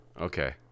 Okay